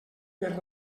per